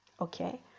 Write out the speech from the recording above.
okay